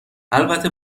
البته